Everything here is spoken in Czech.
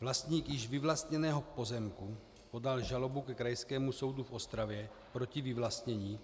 Vlastník již vyvlastněného pozemku podal žalobu ke Krajskému soudu v Ostravě proti vyvlastnění,